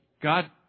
God